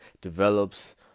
develops